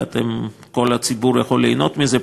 וכל הציבור יכול ליהנות מזה,